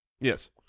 Yes